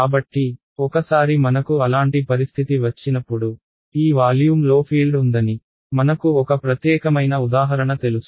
కాబట్టి ఒకసారి మనకు అలాంటి పరిస్థితి వచ్చినప్పుడు ఈ వాల్యూమ్లో ఫీల్డ్ ఉందని మనకు ఒక ప్రత్యేకమైన ఉదాహరణ తెలుసు